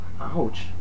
Ouch